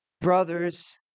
Brothers